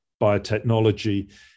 biotechnology